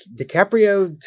DiCaprio